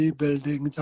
building